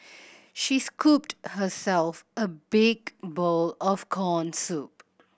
she scooped herself a big bowl of corn soup